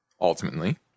ultimately